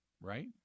Right